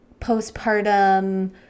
postpartum